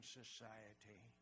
society